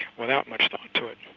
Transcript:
without much thought to it.